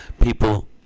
People